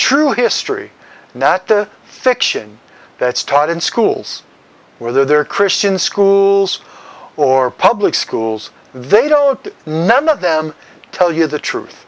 true history and that the fiction that's taught in schools where there are christian schools or public schools they don't none of them tell you the truth